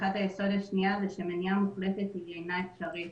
מניעה מוחלטת אינה אפשרית,